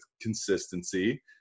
consistency